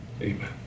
amen